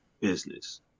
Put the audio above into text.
business